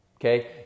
okay